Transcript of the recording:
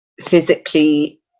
physically